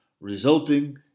resulting